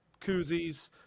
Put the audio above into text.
koozies